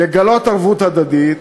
לגלות ערבות הדדית,